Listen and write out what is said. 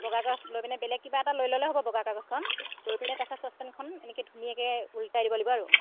বগা কাগজ লৈ পিনে বেলেগ কিবা এটাত লৈ ল'লে হ'ব বগা কাজগখন লৈ পিনে তাৰপিছত চচপেনখন এনেকৈ ধুনীয়াকৈ ওলটাই দিব লাগিব আৰু